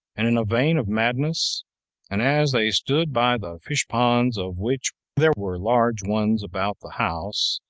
and in a vein of madness and as they stood by the fish-ponds, of which there were large ones about the house,